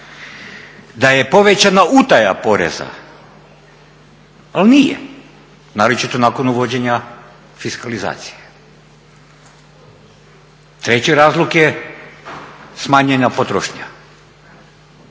Da je povećana utaja poreza, ali nije, naročito nakon uvođenja fiskalizacije. Treći razlog je smanjena potrošnja.